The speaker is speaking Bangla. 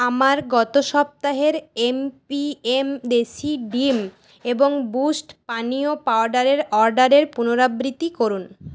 আমার গত সপ্তাহের এমপিএম দেশি ডিম এবং বুস্ট পানীয় পাউডারের অর্ডারের পুনরাবৃত্তি করুন